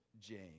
James